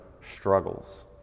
struggles